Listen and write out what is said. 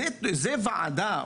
זאת ועדה,